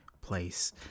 place